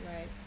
Right